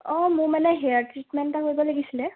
অ মোৰ মানে hair treatment এটা কৰিব লাগিছিলে